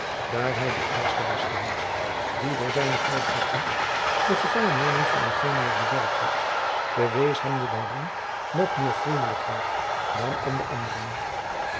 daar hij de eerste was geweest die door zijne tijdige komst de gevangenneming van eugenio bewerkt had bewees hem de baron nog meer vriendelijkheid dan aan de anderen